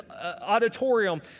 auditorium